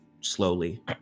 slowly